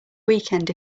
weekend